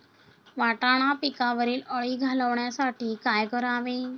वाटाणा पिकावरील अळी घालवण्यासाठी काय करावे?